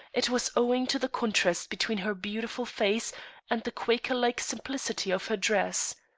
it was owing to the contrast between her beautiful face and the quaker-like simplicity of her dress.